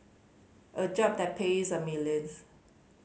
a job that pays a millions